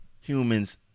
humans